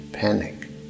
panic